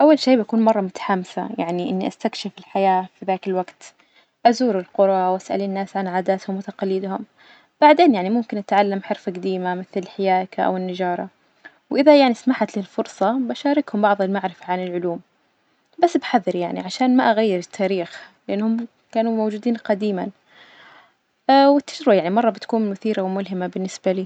أول شي بكون مرة متحمسة يعني إني أستكشف الحياة في ذاك الوجت، أزور القرى وأسأل الناس عن عاداتهم وتقاليدهم، بعدين يعني ممكن أتعلم حرف جديمة مثل حياكة أو النجارة، وإذا يعني سمحت لي الفرصة بشاركهم بعض المعرفة عن العلوم، بس بحذر يعني عشان ما أغير التاريخ لإنهم كانوا موجودين قديما، والتجربة يعني مرة بتكون مثيرة وملهمة بالنسبة لي.